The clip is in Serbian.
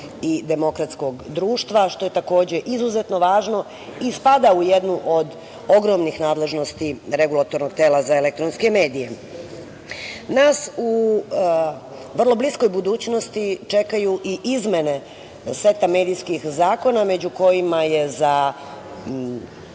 i demokratskog društva, što je takođe izuzetno važno i spada u jednu od ogromnih nadležnosti Regulatornog tela za elektronske medije. Nas u vrlo bliskoj budućnosti čekaju i izmene seta medijskih zakona među kojima za